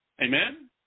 Amen